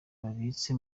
babitse